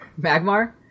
Magmar